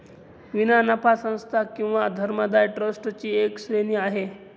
विना नफा संस्था किंवा धर्मदाय ट्रस्ट ची एक श्रेणी आहे